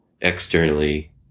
externally